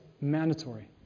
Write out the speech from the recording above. mandatory